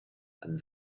and